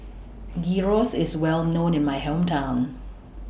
Gyros IS Well known in My Hometown